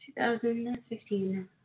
2015